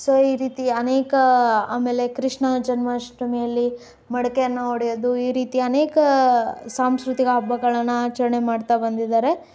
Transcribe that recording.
so ಈ ರೀತಿ ಅನೇಕ ಆಮೇಲೆ ಕೃಷ್ಣ ಜನ್ಮಾಷ್ಟಮಿಯಲ್ಲಿ ಮಡಿಕೆಯನ್ನು ಒಡೆಯೋದು ಈ ರೀತಿ ಅನೇಕ ಸಾಂಸ್ಕೃತಿಕ ಹಬ್ಬಗಳನ್ನು ಆಚರಣೆ ಮಾಡ್ತಾ ಬಂದಿದ್ದಾರೆ